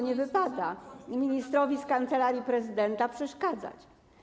Nie wypada ministrowi z Kancelarii Prezydenta przeszkadzać.